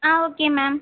ah okay ma'am